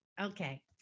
Okay